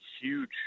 huge